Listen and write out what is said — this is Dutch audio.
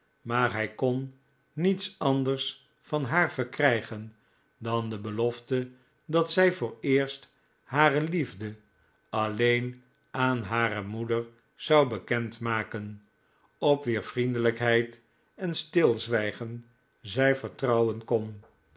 maar hij kon niets anders van haar verkrijgen dan de belofte dat zij vooreerst hare liefde alleen aan hare moeder zou bekend maken op wier vriendelijkheid en stilzwijgen zij vert rou wen kon